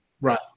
right